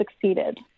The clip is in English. succeeded